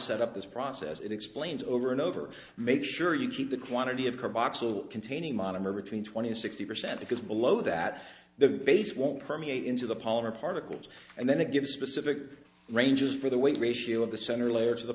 set up this process it explains over and over make sure you keep the quantity of her box a little containing monomer between twenty and sixty percent because below that the base won't permeate into the polymer particles and then it gives specific ranges for the weight ratio of the